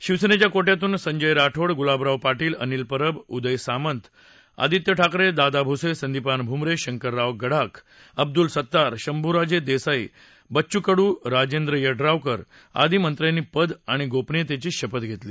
शिवसेनेच्या कोट्यातून संजय राठोड ग्लाबराव पाटील अनिल परब उदय सामंत आदित्य ठाकरे दादा भ्से संदीपान भूमरे शंकरराव गडाख अब्दूल सतार शंभ्राजे देसाई बच्चू कडू राजेंद्र येड्रावकर आदी मंत्र्यांनी पद आणि गोपनियतेची शपथ घेतली